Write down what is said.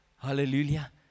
Hallelujah